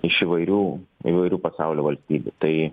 iš įvairių įvairių pasaulio valstybių tai